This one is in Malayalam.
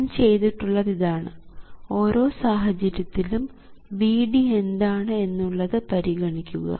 ഞാൻ ചെയ്തിട്ടുള്ളത് ഇതാണ് ഓരോ സാഹചര്യത്തിലും Vd എന്താണ് എന്നുള്ളത് പരിഗണിക്കുക